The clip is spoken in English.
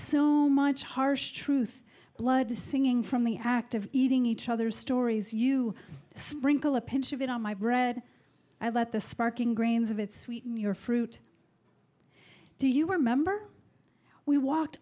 so much harsh truth blood the singing from the act of eating each other's stories you sprinkle a pinch of it on my bread i let the sparking grains of its wheat and your fruit do you remember we walked